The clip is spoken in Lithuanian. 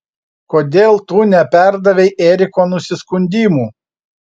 kodėl tu neperdavei eriko nusiskundimų